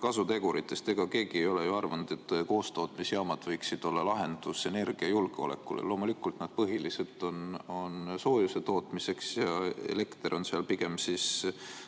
Kasuteguritest – ega keegi ei ole ju arvanud, et koostootmisjaamad võiksid olla lahendus energiajulgeolekule. Loomulikult need põhiliselt on soojuse tootmiseks ja elekter on seal pigem selline